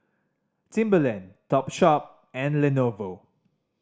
Timberland Topshop and Lenovo